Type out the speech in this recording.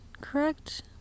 correct